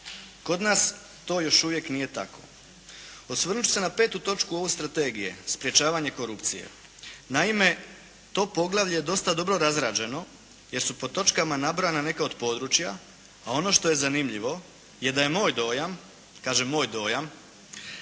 Kod nas to još uvijek nije tako. Osvrnuti ću se na 5. točku ove strategije, sprječavanje korupcije. Naime to poglavlje je dosta dobro razrađeno jer su po točkama nabrojena neka od područja, a ono što je zanimljivo je da je moj dojam, kažem moj dojam,